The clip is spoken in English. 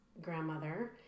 grandmother